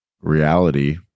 reality